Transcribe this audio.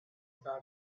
about